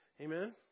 Amen